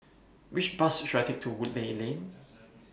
Which Bus should I Take to Woodleigh Lane